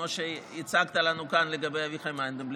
כמו שהצגת לנו כאן לגבי אביחי מנדלבליט,